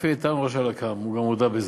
רפי איתן, ראש הלק"מ, גם הוא הודה בזה.